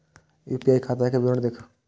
UPI खाता के विवरण दिअ?